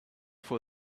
for